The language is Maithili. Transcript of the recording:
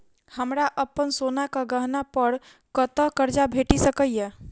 हमरा अप्पन सोनाक गहना पड़ कतऽ करजा भेटि सकैये?